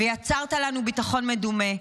ויצרת לנו ביטחון מדומה,